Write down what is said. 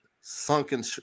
sunken